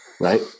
right